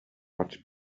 much